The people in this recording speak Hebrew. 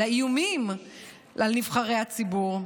לאיומים על נבחרי הציבור?